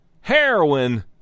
heroin